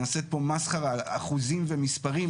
נעשית פה מסחרה על אחוזים ומספרים,